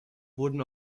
wurden